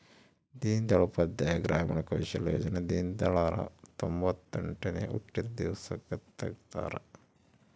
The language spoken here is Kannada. ದೀನ್ ದಯಾಳ್ ಉಪಾಧ್ಯಾಯ ಗ್ರಾಮೀಣ ಕೌಶಲ್ಯ ಯೋಜನೆ ದೀನ್ದಯಾಳ್ ರ ತೊಂಬೊತ್ತೆಂಟನೇ ಹುಟ್ಟಿದ ದಿವ್ಸಕ್ ತೆಗ್ದರ